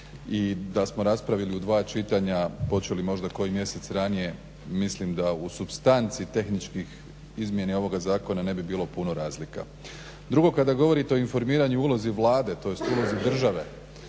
I da smo raspravili u 2 čitanja, počeli možda koji mjesec ranije mislim da u supstanci tehničkih, izmjeni ovoga zakona ne bi bilo puno razlika. Drugo, kada govorite o informiranju i ulozi Vlade, tj. ulozi države